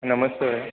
नमस्ते भईया